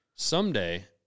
Someday